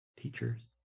teachers